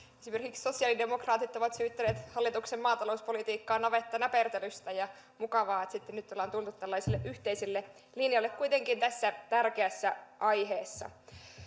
esimerkiksi sosiaalidemokraatit ovat syyttäneet hallituksen maatalouspolitiikkaa navettanäpertelystä ja mukavaa että nyt on tultu tällaiselle yhteiselle linjalle kuitenkin tässä tärkeässä aiheessa